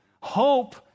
hope